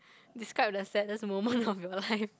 describe the saddest moment of your life